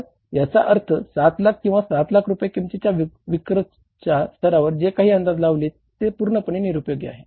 तर याचा अर्थ 7 लाख किंवा 7 लाख रुपये किमतीच्या विक्रीच्या स्तरावर जे काही अंदाज लावले ते पूर्णपणे निरुपयोगी आहे